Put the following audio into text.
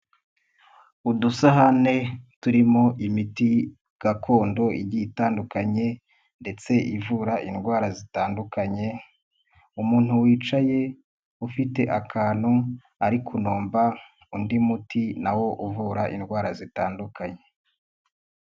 Udusahane turimo imiti gakondo igiye itandukanye ndetse ivura indwara zitandukanye, umuntu wicaye ufite akantu ari kunomba undi muti na wo uvura indwara zitandukanye.